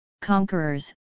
conquerors